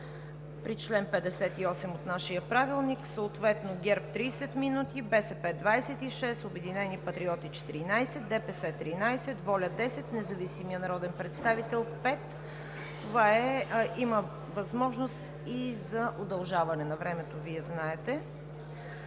По чл. 58 от нашия правилник, съответно: ГЕРБ – 30 мин., БСП – 26, „Обединени патриоти“ – 14, ДПС – 13, „Воля“ – 10, независимият народен представител – 5. Има възможност и за удължаване на времето – Вие знаете.